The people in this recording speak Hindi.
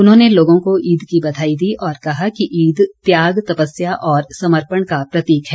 उन्होंने लोगों को ईद की बधाई दी और कहा कि ईद त्याग तपस्या और समर्पण का प्रतीक है